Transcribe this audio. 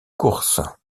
course